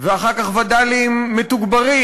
ואחר כך וד"לים מתוגברים.